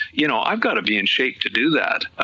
you know i've got to be in shape to do that,